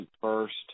first